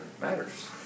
matters